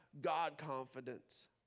God-confidence